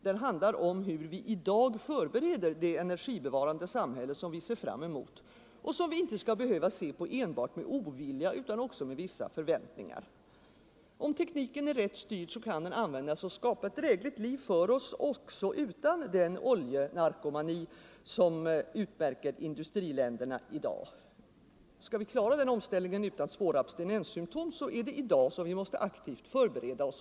Den handlar om hur vi i dag förbereder det energibevarande samhälle som vi ser fram emot och som vi inte skall behöva se på enbart med ovilja utan också med vissa förväntningar. Om tekniken är rätt styrd kan den användas att skapa ett drägligt liv för oss också utan den oljenarkomani, som utmärker industriländerna i dag. Skall vi klara den omställningen utan svåra abstinenssymtom, så är det i dag vi måste aktivt förbereda oss.